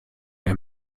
der